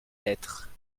lettre